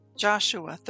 Joshua